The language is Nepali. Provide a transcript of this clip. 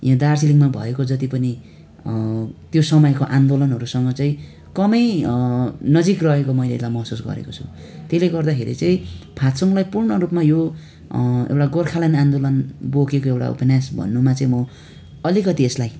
यहाँ दार्जिलिङमा भएको जति पनि त्यो समयको आन्दोलनहरूसँग चाहिँ कमै नजिक रहेको मैले यसलाई महसुस गरेको छु त्यसले गर्दाखेरि चाहिँ फात्सुङलाई पूर्ण रूपमा यो एउटा गोर्खाल्यान्ड आन्दोलन बोकेको एउटा उपन्यास भन्नुमा चाहिँ म अलिकति यसलाई